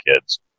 kids